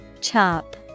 Chop